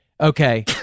okay